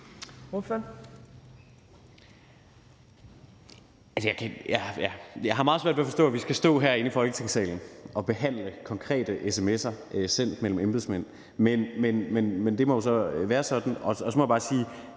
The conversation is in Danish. Jeg har meget svært ved at forstå, at vi skal stå herinde i Folketingssalen og behandle konkrete sms'er sendt mellem embedsmænd. Men det må jo så være sådan, og så må jeg bare sige,